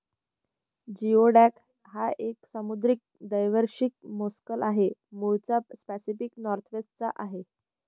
geoduck हा एक समुद्री द्वैवार्षिक मोलस्क आहे, मूळचा पॅसिफिक नॉर्थवेस्ट चा आहे